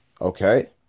Okay